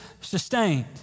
sustained